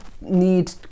need